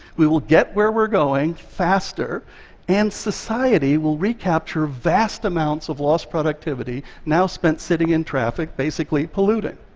we will get where we're going faster and society will recapture vast amounts of lost productivity now spent sitting in traffic basically polluting.